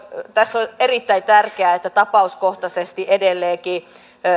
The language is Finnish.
tässä on erittäin tärkeää että tapauskohtaisesti edelleenkin